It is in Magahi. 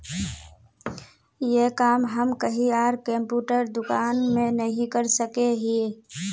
ये काम हम कहीं आर कंप्यूटर दुकान में नहीं कर सके हीये?